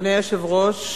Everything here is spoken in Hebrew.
אדוני היושב-ראש,